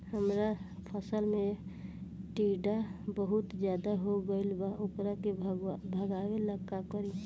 हमरा फसल में टिड्डा बहुत ज्यादा हो गइल बा वोकरा के भागावेला का करी?